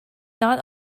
not